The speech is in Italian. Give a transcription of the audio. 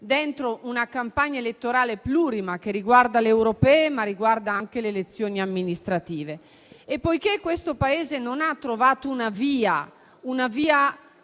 di una campagna elettorale plurima che riguarda le europee, ma anche le elezioni amministrative; e poiché questo Paese non ha trovato una via